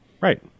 Right